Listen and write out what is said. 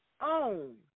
own